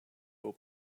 your